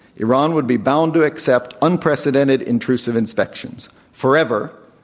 iran would be bound to accept unprecedented intrusive inspections, forever,